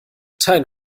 dein